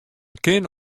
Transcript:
kin